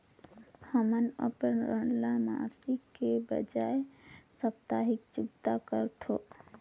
हमन अपन ऋण मासिक के बजाय साप्ताहिक चुकता करथों